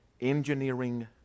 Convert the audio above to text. engineering